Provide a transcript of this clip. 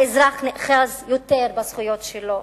האזרח נאחז יותר בזכויות שלו.